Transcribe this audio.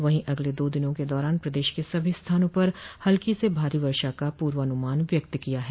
वहीं अगले दो दिनों के दौरान प्रदेश के सभी स्थानों पर हल्की से भारी वर्षा का पूर्वानुमान व्यक्त किया है